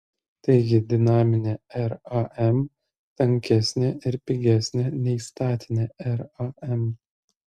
taigi dinaminė ram tankesnė ir pigesnė nei statinė ram